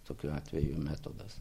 tokiu atveju metodas